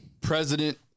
president